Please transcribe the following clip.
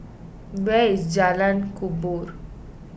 where is Jalan Kubor